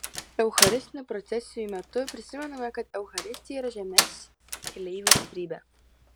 eucharistinių procesijų metu prisimename kad eucharistija yra žemės keleivių stiprybė